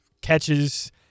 catches